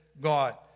God